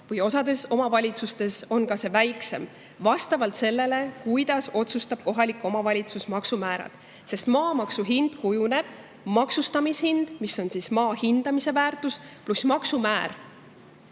osades omavalitsustes on see väiksem – vastavalt sellele, kuidas otsustab kohalik omavalitsus maksumäärad. Maamaksu hind kujuneb nii: maksustamishind, mis on maa hindamisel [pandud] väärtus, pluss maksumäär.